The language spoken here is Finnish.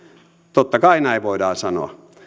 totta kai näin voidaan sanoa